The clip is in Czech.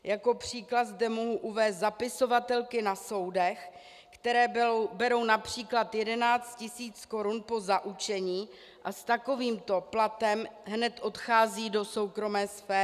Jako příklad zde mohu uvést zapisovatelky na soudech, které berou např. 11 tisíc korun po zaučení a s takovýmto platem hned odcházejí do soukromé sféry.